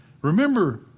remember